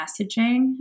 messaging